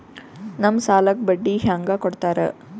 ನಮ್ ಸಾಲಕ್ ಬಡ್ಡಿ ಹ್ಯಾಂಗ ಕೊಡ್ತಾರ?